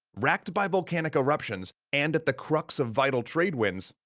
racked by volcanic eruptions, and at the crux of vital trade winds,